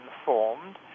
informed